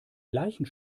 gleichen